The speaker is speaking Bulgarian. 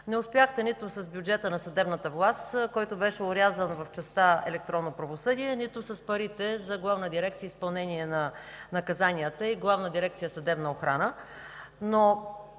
Не успяхте нито с бюджета на съдебната власт, който беше орязан в частта „Електронно правосъдие”, нито с парите за Главна дирекция „Изпълнение на наказанията” и Главна дирекция „Съдебна охрана”.